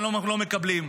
אנחנו לא מקבלים.